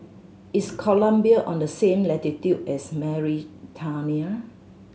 is Colombia on the same latitude as Mauritania